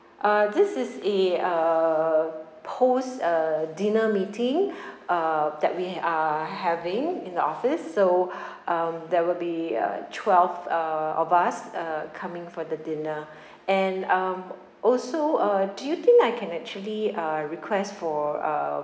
uh this is a uh post uh dinner meeting uh that we are having in the office so um there will be uh twelve uh of us uh coming for the dinner and um also uh do you think I can actually uh request for a